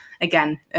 Again